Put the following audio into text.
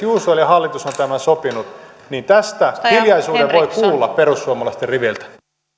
usual ja hallitus on on tämän sopinut niin tästä voi kuulla hiljaisuuden perussuomalaisten riveiltä